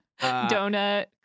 Donut